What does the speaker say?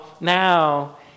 now